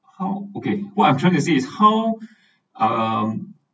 how okay what I’m trying to say is how um